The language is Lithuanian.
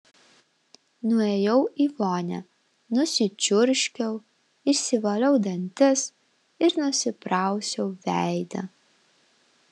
nuėjau į vonią nusičiurškiau išsivaliau dantis ir nusiprausiau veidą